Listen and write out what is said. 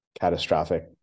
catastrophic